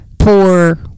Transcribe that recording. poor